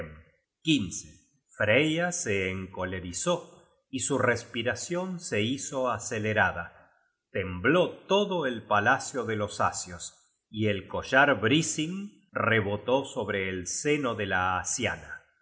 á joetenhem freya se encolerizó y su respiracion se hizo acelerada tembló todo el palacio de los asios y el collar brising rebotó sobre el seno de la asiana